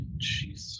jeez